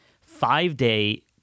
five-day